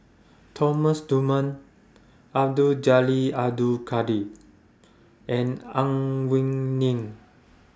Thomas Dunman Abdul Jalil Abdul Kadir and Ang Wei Neng